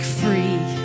free